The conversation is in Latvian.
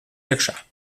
iekšā